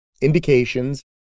indications